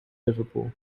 liverpool